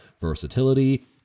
versatility